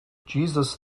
jesus